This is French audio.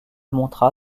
montra